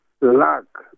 luck